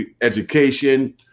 education